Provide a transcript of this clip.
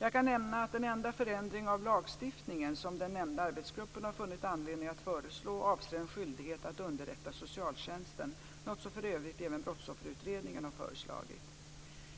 Jag kan nämna att den enda förändring av lagstiftningen som den nämnda arbetsgruppen har funnit anledning att föreslå avser en skyldighet att underrätta socialtjänsten, något som för övrigt även Brottsofferutredningen har föreslagit.